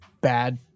bad